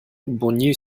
bogny